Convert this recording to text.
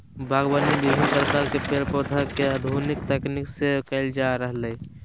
बागवानी विविन्न प्रकार के पेड़ पौधा के आधुनिक तकनीक से कैल जा रहलै